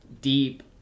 deep